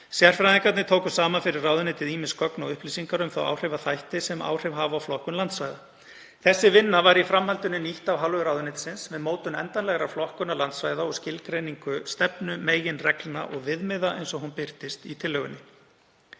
Sérfræðingarnir tóku saman fyrir ráðuneytið ýmis gögn og upplýsingar um þá áhrifaþætti sem áhrif hafa á flokkun landsvæða. Þessi vinna var í framhaldinu nýtt af hálfu ráðuneytisins við mótun endanlegrar flokkunar landsvæða og skilgreiningu stefnu, meginreglna og viðmiða eins og hún birtist í tillögunni.